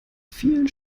vielen